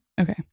Okay